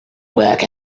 work